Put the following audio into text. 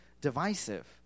divisive